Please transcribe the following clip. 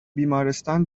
بیمارستان